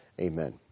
Amen